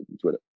Twitter